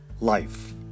life